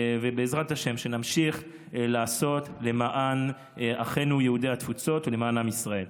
ובעזרת השם נמשיך לעשות למען אחינו יהודי התפוצות ולמען עם ישראל.